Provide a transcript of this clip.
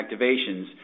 activations